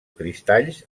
cristalls